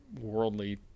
worldly